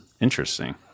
Interesting